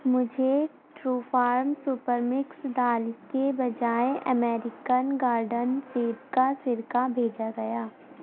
مجھے trufarm super mix دال کے بجائے امیریکن گارڈن سیب کا سرکہ بھیجا گیا